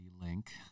link